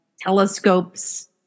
telescopes